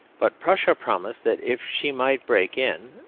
but prussia promised that if she might break in,